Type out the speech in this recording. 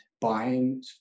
buying